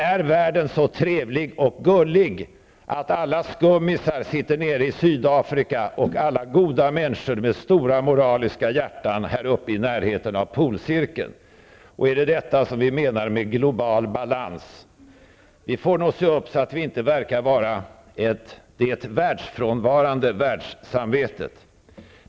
Är världen så trevlig och gullig att alla skummisar sitter nere i Sydafrika och alla goda människor med stora, moraliska hjärtan här uppe i närheten av polcirkeln? Är det detta vi menar med ''global balans''? Vi får nog se upp så att vi inte verkar vara ett ''det världsfrånvarande världssamvetet''.